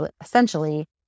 essentially